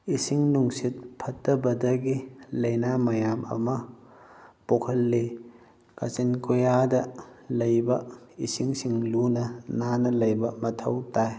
ꯏꯁꯤꯡ ꯅꯨꯡꯁꯤꯠ ꯐꯠꯇꯕꯗꯒꯤ ꯂꯥꯏꯅꯥ ꯃꯌꯥꯝ ꯑꯃ ꯄꯣꯛꯍꯜꯂꯤ ꯀꯥꯆꯤꯟ ꯀꯣꯏꯌꯥꯗ ꯂꯩꯕ ꯏꯁꯤꯡꯁꯤꯡ ꯂꯨꯅ ꯅꯥꯟꯅ ꯂꯩꯕ ꯃꯊꯧ ꯇꯥꯏ